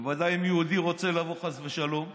ובוודאי אם יהודי רוצה לבוא, חס ושלום,